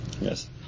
Yes